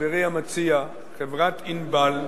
חברי המציע, חברת "ענבל",